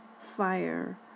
fire